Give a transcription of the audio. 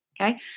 Okay